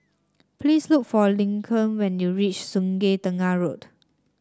please look for Lincoln when you reach Sungei Tengah Road